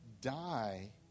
die